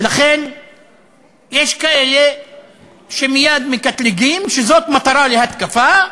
ולכן יש כאלה שמייד מקטלגים שזאת מטרה להתקפה: